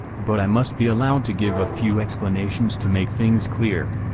but i must be allowed to give a few explanations to make things clear.